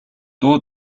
дуу